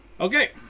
okay